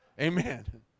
Amen